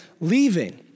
leaving